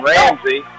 Ramsey